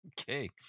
Okay